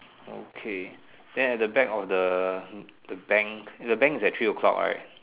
okay then at the back of the the bank is the bank is at three o-clock right